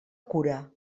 cura